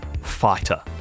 fighter